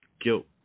guilt